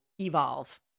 evolve